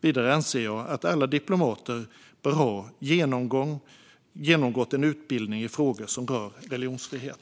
Vidare anser jag att alla diplomater bör ha genomgått en utbildning i frågor som rör religionsfrihet.